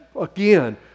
again